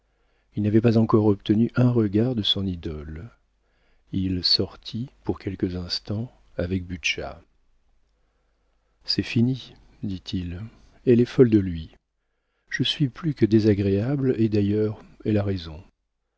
il n'avait pas encore obtenu un regard de son idole il sortit pour quelques instants avec butscha c'est fini dit-il elle est folle de lui je suis plus que désagréable et d'ailleurs elle a raison